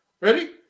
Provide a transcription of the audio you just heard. Ready